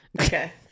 okay